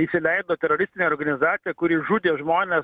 įsileido teroristinę organizaciją kuri žudė žmones